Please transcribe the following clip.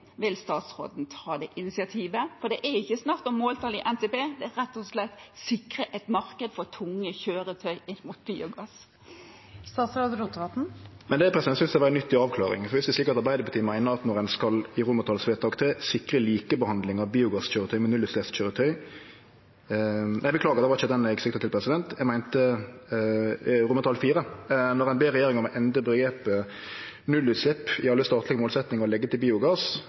Vil statsråden ta det initiativet? For det er ikke snakk om måltall i NTP, men rett og slett å sikre et marked for tunge kjøretøy inn mot biogass. Det synest eg var ei nyttig avklaring. Viss det er slik at Arbeidarpartiet meiner at ein i romartalsvedtak III skal sikre likebehandling av biogasskøyretøy og nullutsleppskøyretøy – eg beklagar, det var ikkje det eg sikta til. Eg meinte IV, der ein ber regjeringa om å endre omgrepet «nullutslepp» i alle statlege målsetjingar, og legge til biogass.